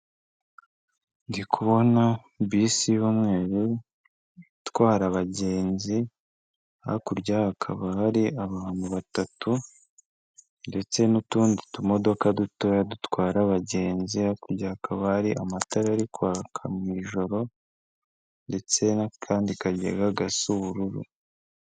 Ndi kubona bisi y'umweru itwara abagenzi; hakurya hakaba hari abantu batatu ndetse n'utundi tumodoka dutoya dutwara abagenzi. Hakurya hakaba hari amatara ari kwaka mui joro ndetse n'akandi kagega gasa ubururu.